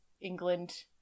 England